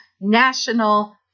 national